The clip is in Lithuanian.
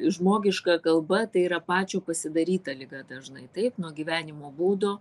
į žmogiška kalba tai yra pačio pasidaryta liga dažnai taip nuo gyvenimo būdo